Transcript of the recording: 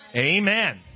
Amen